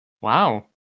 Wow